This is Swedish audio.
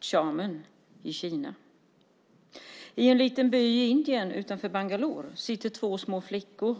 Xiamen, i Kina. I en liten by i Indien utanför Bangalore sitter två små flickor.